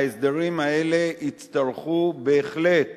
ההסדרים האלה יצטרכו בהחלט